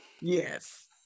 Yes